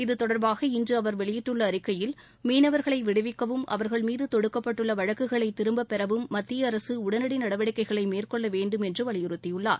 இதுதொடர்பாக இன்று அவர் வெளியிட்டுள்ள அறிக்கையில் மீனவர்களை விடுவிக்கவும் அவர்கள் மீது தொடுக்கப்பட்டுள்ள வழக்குகளை திரும்பப்பெறவும் மத்திய அரசு உடனடி நடவடிக்கைகளை மேற்கொள்ள வேண்டும் என்று வலியுறுத்தியுள்ளார்